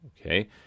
Okay